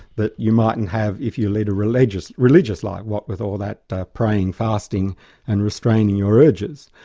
that you mightn't have if you lead a religious religious life, what with all that praying, fasting and restraining your urges.